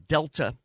Delta